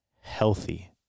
healthy